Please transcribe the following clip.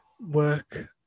work